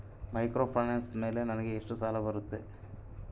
Microfinance ಮೇಲೆ ನನಗೆ ಎಷ್ಟು ಸಾಲ ಬರುತ್ತೆ?